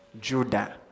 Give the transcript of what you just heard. Judah